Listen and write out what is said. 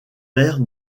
aire